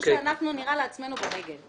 שאנחנו נירה לעצמנו ברגל.